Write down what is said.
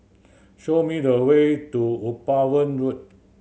show me the way to Upavon Road